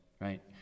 right